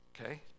Okay